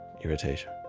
Irritation